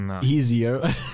easier